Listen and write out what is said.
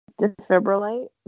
Defibrillate